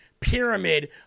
pyramid